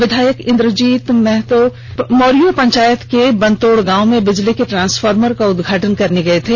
विधायक इंद्रजीत महतो मारिचो पंचायत के वनतोड़ गांव में बिजली के ट्रांसफार्मर का उदघाटन करने गए थे